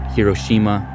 Hiroshima